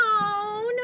no